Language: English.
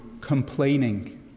complaining